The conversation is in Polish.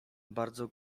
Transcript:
bardzo